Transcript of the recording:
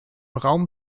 raum